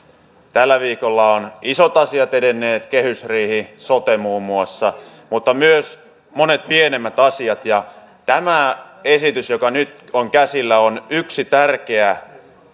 tällä viikolla ovat isot asiat edenneet kehysriihi ja sote muun muassa mutta myös monet pienemmät asiat tämä esitys joka nyt on käsillä on yksi tärkeä